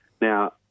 Now